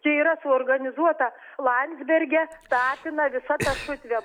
čia yra suorganizuota landsbergio tapino visa ta šutvė